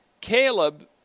Caleb